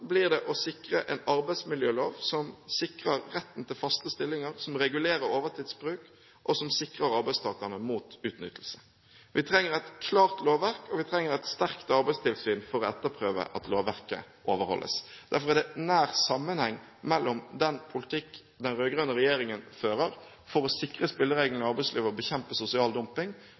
blir det å sikre en arbeidsmiljølov som sikrer retten til faste stillinger, som regulerer overtidsbruk, og som sikrer arbeidstakerne mot utnyttelse. Vi trenger et klart lovverk, og vi trenger et sterkt arbeidstilsyn for å etterprøve at lovverket overholdes. Derfor er det nær sammenheng mellom den politikk den rød-grønne regjeringen fører for å sikre spillereglene i arbeidslivet og bekjempe sosial dumping,